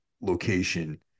location